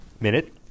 Minute